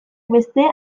beste